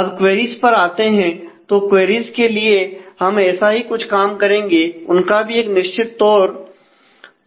अब क्वेरीज पर आते हैं तो क्वेरीज के लिए भी हम ऐसा ही कुछ काम करेंगे उनका भी एक निश्चित